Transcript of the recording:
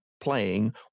playing